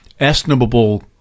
Estimable